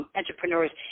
entrepreneurs